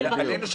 על הסטודנטים.